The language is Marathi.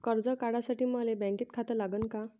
कर्ज काढासाठी मले बँकेत खातं लागन का?